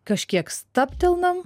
kažkiek stabtelnam